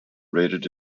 rated